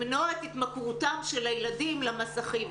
למנוע את התמכרותם של הילדים למסכים.